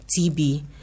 TB